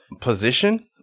position